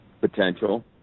potential